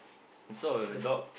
I saw a dog